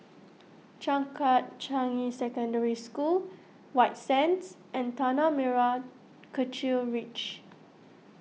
Changkat Changi Secondary School White Sands and Tanah Merah Kechil Ridge